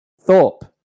Thorpe